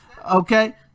okay